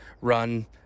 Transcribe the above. run